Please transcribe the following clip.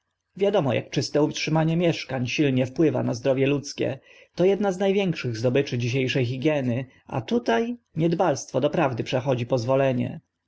wiadomo ak czyste utrzymanie mieszkań silnie wpływa na zdrowie ludzkie to edna z na większych zdobyczy dzisie sze higieny a tuta niedbalstwo doprawdy przechodzi pozwolenie